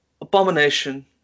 Abomination